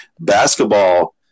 Basketball